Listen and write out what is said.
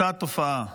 אותה תופעה.